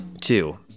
Two